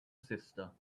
sister